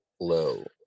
low